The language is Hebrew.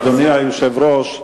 אדוני היושב-ראש,